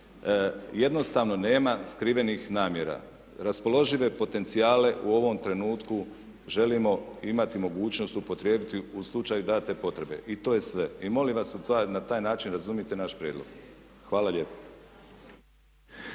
jednostavno nema skrivenih namjera. Raspoložive potencijale u ovom trenutku želimo imati mogućnost upotrijebiti u slučaju date potrebe i to je sve. I molim vas na taj način razumite naš prijedlog. Hvala lijepo.